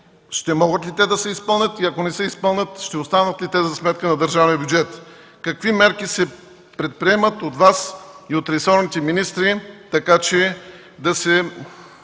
ще могат ли да се изпълнят и, ако не се изпълнят, ще останат ли те за сметка на държавния бюджет? Какви мерки се предприемат от Вас и от ресорните министри, така че да не